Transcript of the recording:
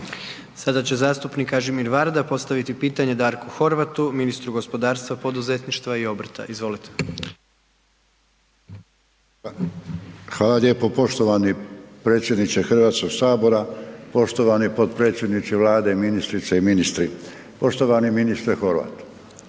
Sada će zastupnik Kažimir VArda postaviti pitanje Darku Horvatu, ministru gospodarstva, poduzetništva i obrta. Izvolite. **Varda, Kažimir (Stranka rada i solidarnosti)** Hvala lijepo. Poštovani predsjedniče Hrvatskog sabora, poštovani potpredsjedniče Vlade, ministrice i ministri. Poštovani ministre Horvat,